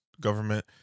government